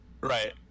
Right